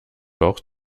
bauch